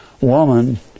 woman